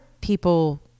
people